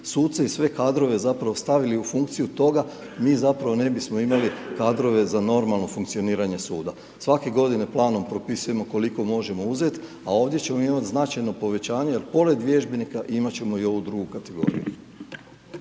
suce i sve kadrove zapravo stavili u funkciju toga mi zapravo ne bismo imali kadrove za normalno funkcioniranje suda. Svake godine planom propisujemo koliko možemo uzet, a ovdje ćemo imat značajno povećanje jer pored vježbenika imat ćemo i ovu drugu kategoriju.